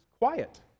quiet